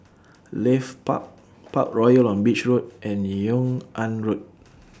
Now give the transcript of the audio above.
Leith Park Parkroyal on Beach Road and Yung An Road